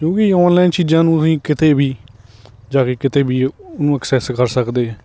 ਕਿਉਂਕਿ ਔਨਲਾਈਨ ਚੀਜ਼ਾਂ ਨੂੰ ਅਸੀਂ ਕਿਤੇ ਵੀ ਜਾ ਕੇ ਕਿਤੇ ਵੀ ਉਹਨੂੰ ਐਕਸੈਸ ਕਰ ਸਕਦੇ